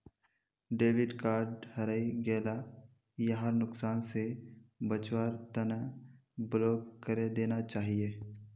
debit card हरई गेला यहार नुकसान स बचवार तना ब्लॉक करे देना चाहिए